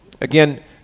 again